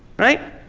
right?